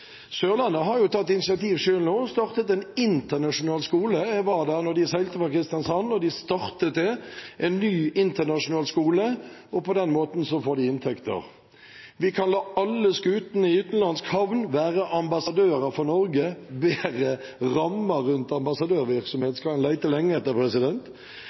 tatt initiativ selv nå og startet en internasjonal skole. Jeg var der da de seilte fra Kristiansand, og de startet en ny internasjonal skole. På den måten får de inntekter. Vi kan la alle skutene i utenlandsk havn være ambassadører for Norge. Bedre rammer rundt ambassadørvirksomhet skal en lete lenge etter.